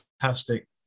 fantastic